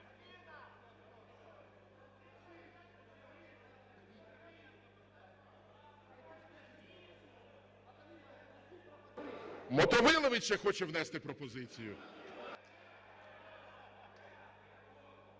Мотовиловець ще хоче внести пропозицію.